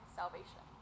salvation